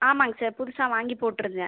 ஆமாங்க சார் புதுசாக வாங்கி போட்டிருந்தேன்